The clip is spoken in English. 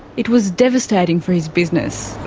it was devastating for his business.